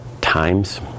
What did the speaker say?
times